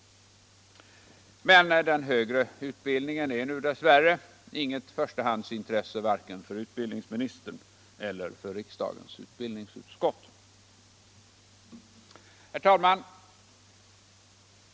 Men den högre utbildningen är nu dess värre inget förstahandsintresse vare sig för utbildningsministern eller för riksdagens utbildningsutskott. Herr talman!